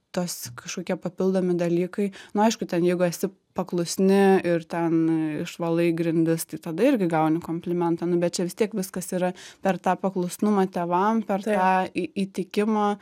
tas kažkokie papildomi dalykai nu aišku ten jeigu esi paklusni ir ten išvalai grindis tai tada irgi gauni komplimentą nu bet čia vis tiek viskas yra per tą paklusnumą tėvam per tą į įtikimą